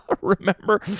Remember